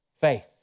faith